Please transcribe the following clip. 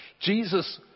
Jesus